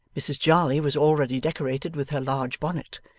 mrs jarley was already decorated with her large bonnet,